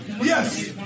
yes